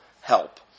help